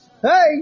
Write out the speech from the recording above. hey